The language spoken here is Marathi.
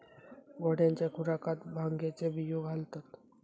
घोड्यांच्या खुराकात भांगेचे बियो घालतत